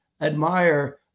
admire